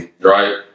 Right